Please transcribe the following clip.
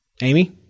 amy